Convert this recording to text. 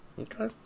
Okay